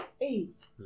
Eight